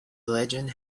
legend